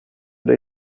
der